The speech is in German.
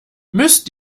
müsst